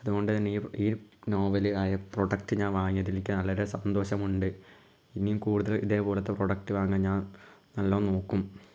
അതുകൊണ്ട് തന്നെ ഈ ഈ നോവല് ആയ പ്രോഡക്റ്റ് ഞാൻ വാങ്ങിയതിൽ എനിക്ക് വളരെ സന്തോഷമുണ്ട് ഇനി കൂടുതൽ ഇതേ പോലത്തെ പ്രോഡക്റ്റ് വാങ്ങാൻ ഞാൻ നല്ലോണം നോക്കും